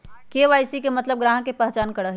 KYC के मतलब ग्राहक का पहचान करहई?